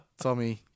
Tommy